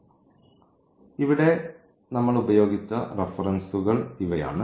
നമ്മൾ ഇവിടെ ഉപയോഗിച്ച റഫറൻസുകൾ ഇവയാണ്